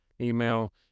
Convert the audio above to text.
Email